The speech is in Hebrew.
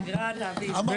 על